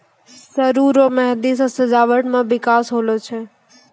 सरु रो मेंहदी से सजावटी मे बिकास होलो छै